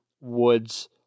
Woods